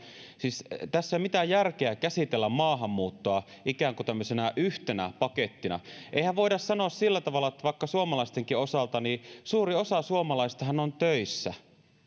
siis tässä ei ole mitään järkeä käsitellä maahanmuuttoa ikään kuin tämmöisenä yhtenä pakettina eihän voida sanoa sillä tavalla vaikka suomalaistenkaan osalta suurin osa suomalaisistahan on töissä